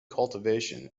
cultivation